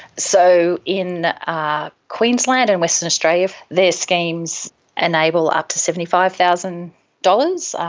so in queensland and western australia, their schemes enable up to seventy five thousand dollars.